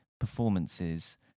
performances